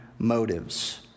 Motives